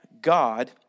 God